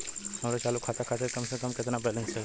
हमरे चालू खाता खातिर कम से कम केतना बैलैंस चाही?